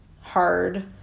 hard